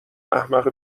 احمق